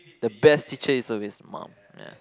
the best teacher is always mum ya